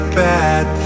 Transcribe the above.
bad